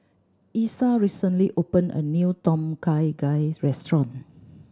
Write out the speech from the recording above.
Exa recently open a new Tom Kha Gai restaurant